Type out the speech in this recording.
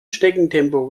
schneckentempo